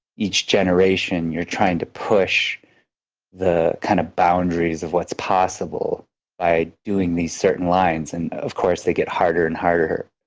each generation, you're trying to push the kind of boundaries of what's possible by doing these certain lines. and of course, they get harder and harder,